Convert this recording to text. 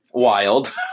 Wild